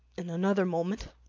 in another moment,